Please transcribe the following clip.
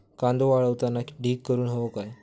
कांदो वाळवताना ढीग करून हवो काय?